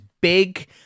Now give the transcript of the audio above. big